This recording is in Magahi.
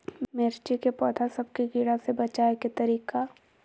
मिर्ची के पौधा सब के कीड़ा से बचाय के तरीका?